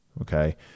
okay